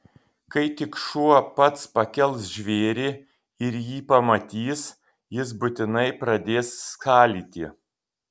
kai tik šuo pats pakels žvėrį ir jį pamatys jis būtinai pradės skalyti